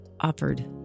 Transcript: offered